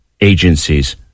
agencies